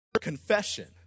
confession